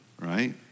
right